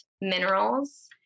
minerals